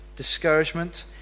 discouragement